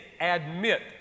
admit